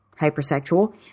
hypersexual